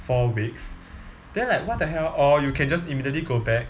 four weeks then like what the hell or you can just immediately go back